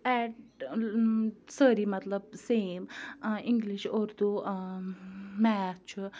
eight سٲری مطلب same English Urdu math چھُ